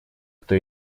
кто